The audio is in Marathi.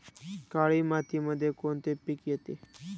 काळी मातीमध्ये कोणते पिके येते?